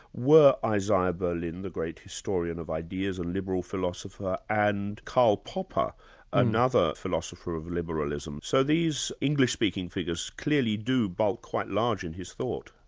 were isaiah berlin, the great historian of ideas and liberal philosopher, and karl popper another philosopher of liberalism. so these english-speaking figures clearly do bulk quite large in his thought.